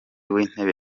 w‟intebe